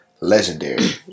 legendary